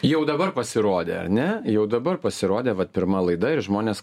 jau dabar pasirodė ar ne jau dabar pasirodė vat pirma laida ir žmonės